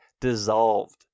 dissolved